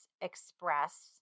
express